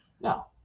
No